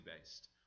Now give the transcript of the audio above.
based